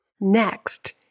Next